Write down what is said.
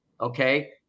okay